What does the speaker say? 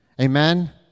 amen